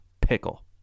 pickle